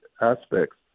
aspects